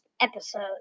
episode